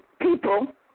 people